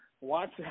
Watch